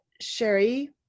Sherry